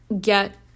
get